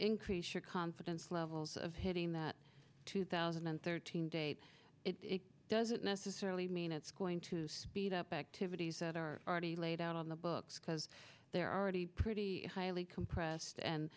increase your confidence levels of hitting that two thousand and thirteen date it doesn't necessarily mean it's going to speed up activities that are already laid out on the books because they're already pretty highly compressed and